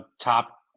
top